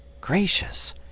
Gracious